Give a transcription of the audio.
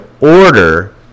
order